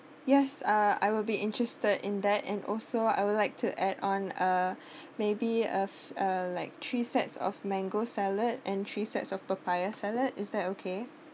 yes uh I will be interested in that and also I would like to add on uh maybe uh like three sets of mango salad and three sets of papaya salad is that okay